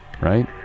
Right